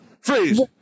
freeze